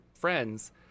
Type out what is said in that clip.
friends